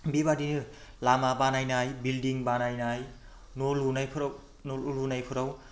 बेबायदिनो लामा बानायनाय बिल्दिं बानायनाय न' लुनायफोराव